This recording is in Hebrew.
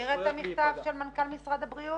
אתה מכיר את המכתב של מנכ"ל משרד הבריאות?